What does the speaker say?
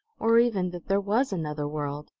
or even that there was another world.